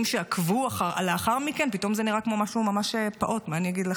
אני רק חושבת על זה שבדיעבד אני הפלתי את ממשלת הליכוד,